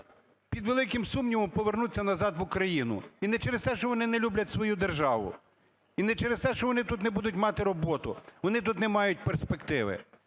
під великим сумнівом повернуться назад в Україну. І не через те, що вони не люблять свою державу, і не через те, що вони тут не будуть мати роботу - вони тут не мають перспективи.